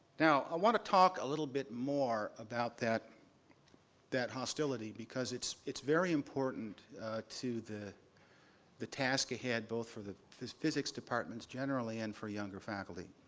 now, i want to talk a little bit more about that that hostility, because it's it's very important to the the task ahead, both for the physics departments, generally, and for younger faculty.